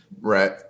Right